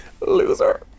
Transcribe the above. Loser